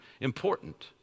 important